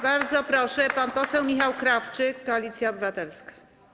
Bardzo proszę pan poseł Michał Krawczyk, Koalicja Obywatelska.